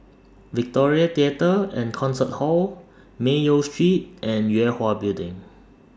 Victoria Theatre and Concert Hall Mayo Street and Yue Hwa Building